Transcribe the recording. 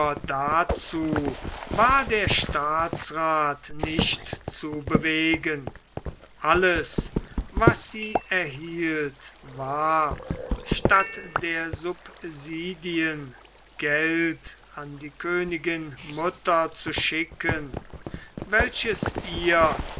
dazu war der staatsrath nicht zu bewegen alles was sie erhielt war statt der subsidien geld an die königin mutter zu schicken welches ihr